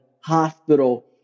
hospital